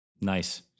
nice